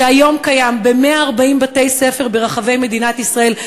שהיום קיים ב-140 בתי-ספר ברחבי מדינת ישראל,